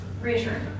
Reassuring